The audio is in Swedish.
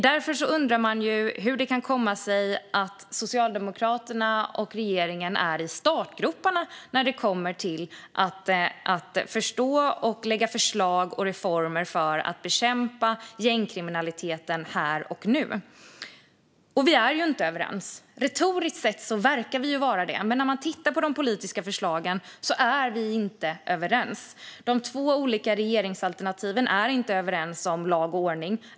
Då undrar man hur det kan komma sig att Socialdemokraterna och regeringen är i startgroparna när det gäller att förstå och lägga förslag och reformer för att bekämpa gängkriminaliteten här och nu. Vi är ju inte överens. Retoriskt sett verkar vi vara det, men när man tittar på de politiska förslagen ser vi att vi inte är överens. De två olika regeringsalternativen är inte överens om lag och ordning.